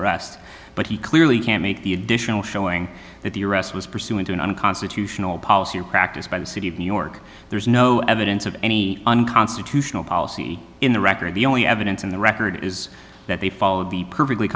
arrest but he clearly can't make the additional showing that the arrest was pursuing to an unconstitutional policy or practice by the city of new york there's no evidence of any unconstitutional policy in the record the only evidence in the record is that they followed the perfectly